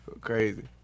Crazy